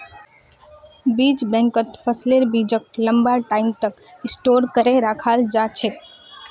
बीज बैंकत फसलेर बीजक लंबा टाइम तक स्टोर करे रखाल जा छेक